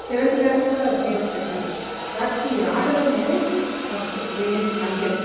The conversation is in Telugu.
సెవెంత్ క్లాస్లో కూడా గేమ్స్ పెట్టారు ప్రతీ ఆటలో నేనే ఫస్ట్ నేనే చాంపియన్